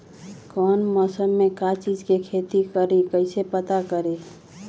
कौन मौसम में का चीज़ के खेती करी कईसे पता करी?